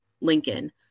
Lincoln